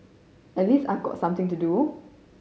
at least I got something to do